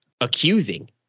accusing